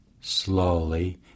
slowly